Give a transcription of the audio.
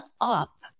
up